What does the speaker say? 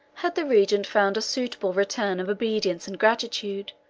had the regent found a suitable return of obedience and gratitude,